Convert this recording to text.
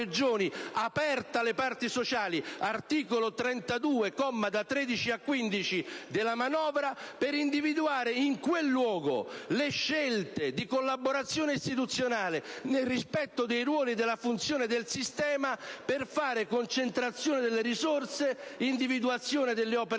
apre alle parti sociali, articolo 32, commi da 13 a 15 della manovra, al fine di individuare in essa le scelte di collaborazione istituzionale, nel rispetto dei ruoli e della funzione del sistema, per fare concentrazione delle risorse, individuazione delle opere